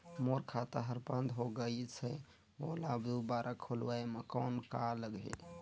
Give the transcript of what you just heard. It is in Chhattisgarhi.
मोर खाता हर बंद हो गाईस है ओला दुबारा खोलवाय म कौन का लगही?